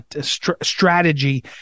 strategy